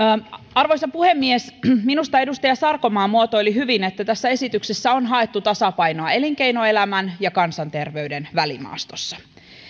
arvoisa puhemies minusta edustaja sarkomaa muotoili hyvin että tässä esityksessä on haettu tasapainoa elinkeinoelämän ja kansanterveyden välimaastossa